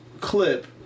clip